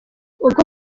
ubwo